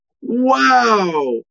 Wow